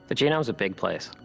but genome's a big place.